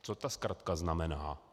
Co ta zkratka znamená?